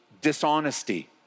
dishonesty